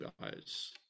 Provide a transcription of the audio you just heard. guys